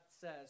says